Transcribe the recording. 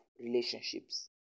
relationships